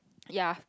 ya